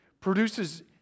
produces